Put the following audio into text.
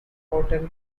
hotel